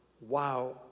wow